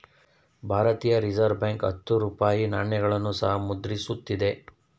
ಭಾರತೀಯ reserve bank ಹತ್ತು ರೂಪಾಯಿ ನಾಣ್ಯಗಳನ್ನು ಸಹ ಮುದ್ರಿಸುತ್ತಿದೆ